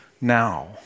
now